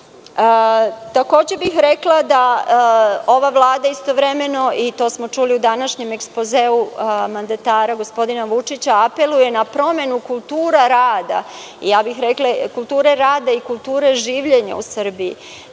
smeru. Takođe bih rekla da ova Vlada istovremeno, i to smo čuli u današnjem ekspozeu mandatara gospodina Vučića, apeluje na promenu kulture rada, a ja bih rekla kulture rada i kulture življenja u Srbiji.